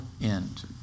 end